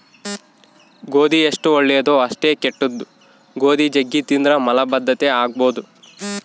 ಗೋಧಿ ಎಷ್ಟು ಒಳ್ಳೆದೊ ಅಷ್ಟೇ ಕೆಟ್ದು, ಗೋಧಿ ಜಗ್ಗಿ ತಿಂದ್ರ ಮಲಬದ್ಧತೆ ಆಗಬೊದು